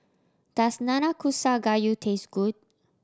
does Nanakusa Gayu taste good